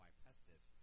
pestis